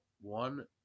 one